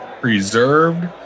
preserved